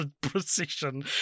procession